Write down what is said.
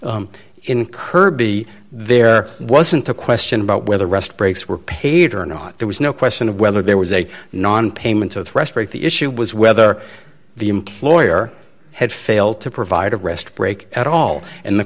here in kirby there wasn't a question about whether rest breaks were paid or not there was no question of whether there was a nonpayment of rest break the issue was whether the employer had failed to provide a rest break at all and the